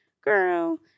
Girl